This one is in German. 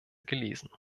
gelesen